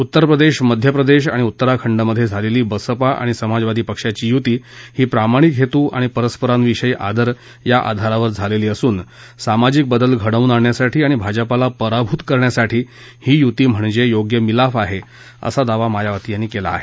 उत्तर प्रदेश मध्य प्रदेश आणि उत्तराखंडमधे झालेली बसपा आणि समाजवादी पक्षाची युती ही प्रामाणिक हेतू आणि परस्परांविषयी आदर या आधारावर झालेली असून सामाजिक बदल घडवून आणण्यासाठी आणि भाजपाला पराभूत करण्यासाठी ही युती म्हणजे योग्य मिलाफ आहे असा दावा मायावती यांनी केला आहे